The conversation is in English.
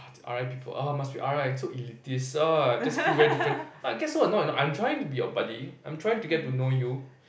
r_i people ah must be r_i so elitist ah just feel very different I get so annoyed you know I'm trying to be your buddy I'm trying to get to know you